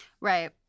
Right